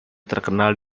terkenal